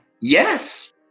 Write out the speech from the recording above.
Yes